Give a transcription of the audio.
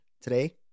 Today